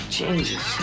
changes